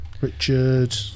Richard